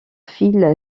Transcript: phil